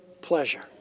pleasure